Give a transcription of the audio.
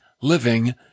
living